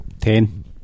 ten